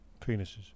Penises